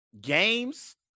games